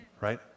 right